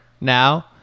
now